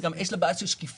וגם יש לה בעיה קשה של שקיפות,